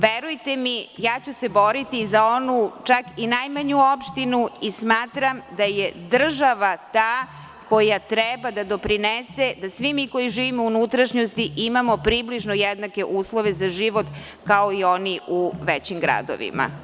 Verujte mi, ja ću se boriti i za onu čak i najmanju opštinu i smatram da je država ta koja treba da doprinese da svi mi koji živimo u unutrašnjosti imamo približno jednake uslove za život kao i oni u većim gradovima.